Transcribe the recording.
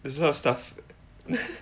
this kind of stuff